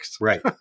Right